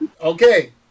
Okay